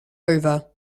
over